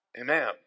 Amen